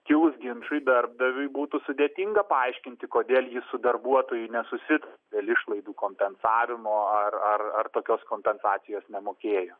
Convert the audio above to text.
kilus ginčui darbdaviui būtų sudėtinga paaiškinti kodėl ji su darbuotoju nesusitarė dėl išlaidų kompensavimo ar ar ar tokios kompensacijos nemokėjo